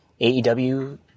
AEW